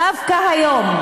דווקא היום,